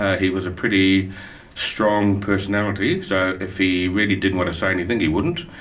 ah he was a pretty strong personality, so if he really didn't want to say anything, he wouldn't,